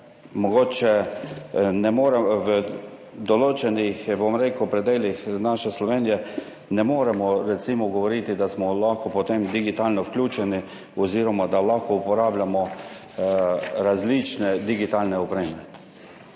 V določenih predelih naše Slovenije, recimo, ne moremo govoriti, da smo lahko digitalno vključeni oziroma da lahko uporabljamo različne digitalne opreme.